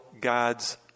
God's